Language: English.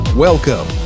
Welcome